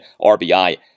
RBI